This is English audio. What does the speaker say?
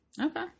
Okay